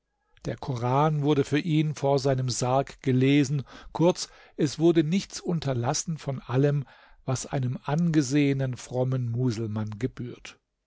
der koran wurde für ihn vor seinem sarg gelesen kurz es wurde nichts unterlassen von allem was einem angesehenen frommen muselmann gebührt